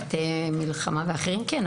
--- מלחמה ואחרים כן,